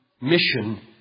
mission